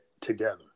together